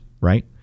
right